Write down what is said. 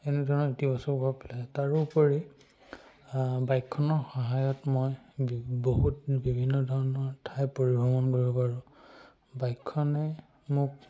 এনেধৰণৰ ইতিবাচক প্ৰভাৱ পেলাইছে তাৰোপৰি বাইকখনৰ সহায়ত মই বহুত বিভিন্ন ধৰণৰ ঠাই পৰিভ্ৰমণ কৰিব পাৰোঁ বাইকখনে মোক